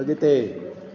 अॻिते